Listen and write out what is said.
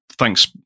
thanks